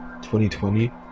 2020